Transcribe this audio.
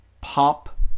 pop